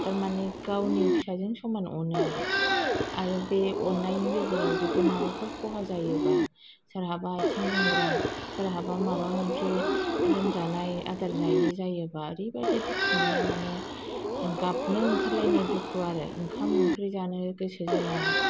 थारमाने गावनि फिसा बादि फिसाजों समान अनो आरो आरो बे अननायनि गेजेराव जुदि माबाफोर खहा जायोबा सोरहाबा आथिं लेंग्रा सोरहाबा माबा मोनसे लोमजानाय आदार जायि जायोबा ओरैबादि दुखु मोनो माने गाबनो ओंखारलायनाय दुखु आरो ओंखाम ओंख्रि जानो गोसो जाया